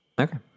Okay